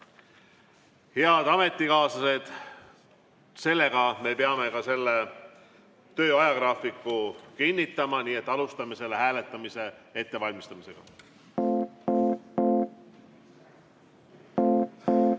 Head ametikaaslased! Me peame ka selle töö ajagraafiku kinnitama, nii et alustame selle hääletamise ettevalmistamist.